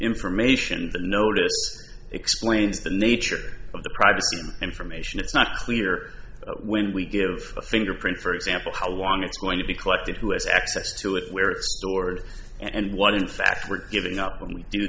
information the notice explains the nature of the privacy information it's not clear when we give a fingerprint for example how long it's going to be collected who has access to it where it stored and what in fact we're giving up when we do